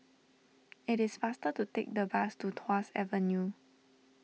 it is faster to take the bus to Tuas Avenue